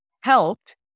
helped